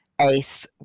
Ace